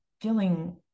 feeling